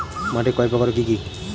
মাটি কয় প্রকার ও কি কি?